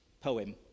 poem